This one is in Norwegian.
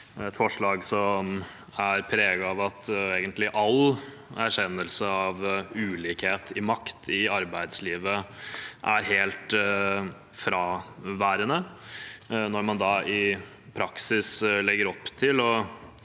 et forslag preget av at egentlig all erkjennelse av ulikhet i makt i arbeidslivet er helt fraværende, når man i praksis legger opp til å